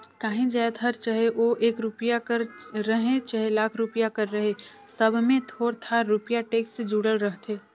काहीं जाएत हर चहे ओ एक रूपिया कर रहें चहे लाख रूपिया कर रहे सब में थोर थार रूपिया टेक्स जुड़ल रहथे